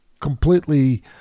completely